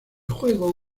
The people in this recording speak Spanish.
juego